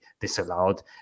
disallowed